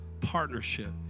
partnership